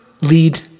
lead